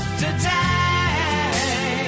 today